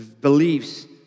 beliefs